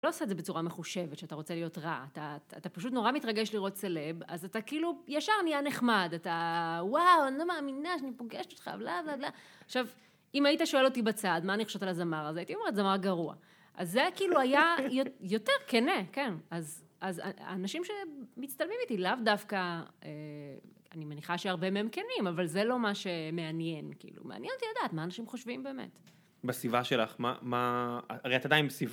לא עושה את זה בצורה מחושבת, שאתה רוצה להיות רע. אתה פשוט נורא מתרגש לראות סלב, אז אתה כאילו ישר נהיה נחמד, אתה... וואו, אני לא מאמינה שאני פוגשת אותך, וואו, וואו. עכשיו, אם היית שואל אותי בצד, מה אני חושבת על הזמר הזה, הייתי אומרת, זמר גרוע. אז זה כאילו היה יותר כנה, כן. אז אנשים שמצטלמים איתי לאו דווקא... אני מניחה שהרבה מהם כנים, אבל זה לא מה שמעניין, כאילו. מעניין אותי לדעת מה אנשים חושבים באמת. בסביבה שלך, מה? הרי אתה עדיין בסביבה שלך.